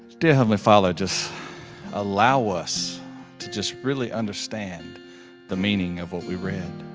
dear heavenly father, just allow us to just really understand the meaning of what we read.